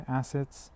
assets